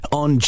on